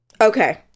Okay